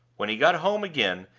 when he got home again,